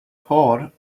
thought